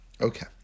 Okay